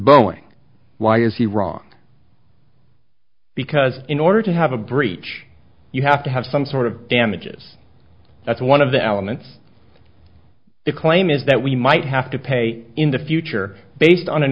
boeing why is he wrong because in order to have a breach you have to have some sort of damages that's one of the elements of the claim is that we might have to pay in the future based on an